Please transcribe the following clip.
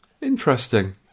interesting